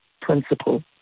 principle